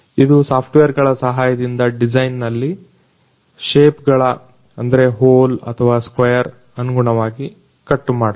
ಇದು ಸಾಫ್ಟ್ವೇರ್ ಗಳ ಸಹಾಯದಿಂದ ಡಿಸೈನ್ ನಲ್ಲಿ ಶೇಪ್ ಗಳ ಹೋಲ್ ಅಥವಾ ಸ್ಕ್ವಯರ್ ಅನುಗುಣವಾಗಿ ಕಟ್ ಮಾಡಲು